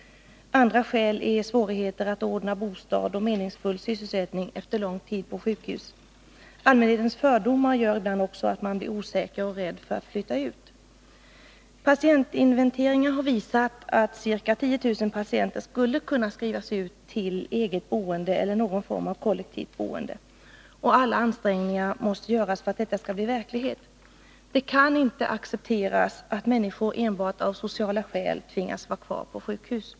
Vidare uppstår svårigheter att ordna bostad och meningsfull sysselsättning efter det att man vistats 161 lång tid på sjukhus. Allmänhetens fördomar gör ibland att man blir osäker och rädd för att flytta ut. Patientinventeringar har visat att ca 10 000 patienter skulle kunna skrivas ut till eget boende eller någon form av kollektivt boende. Alla ansträngningar måste göras för att detta skall bli verklighet. Det kan inte accepteras att människor enbart av sociala skäl tvingas vara kvar på sjukhus.